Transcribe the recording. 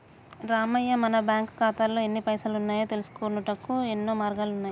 రామయ్య మన బ్యాంకు ఖాతాల్లో ఎన్ని పైసలు ఉన్నాయో తెలుసుకొనుటకు యెన్నో మార్గాలు ఉన్నాయి